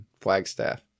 Flagstaff